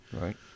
Right